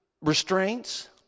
restraints